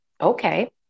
okay